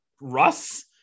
Russ